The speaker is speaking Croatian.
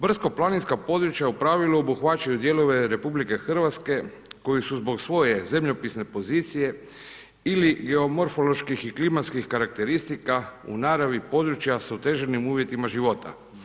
Brdsko-planinska područja u pravilu obuhvaćaju dijelove RH koji su zbog svoje zemljopisne pozicije ili geomorfoloških i klimatskih karakteristika u naravi područja s otežanim uvjetima života.